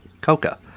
coca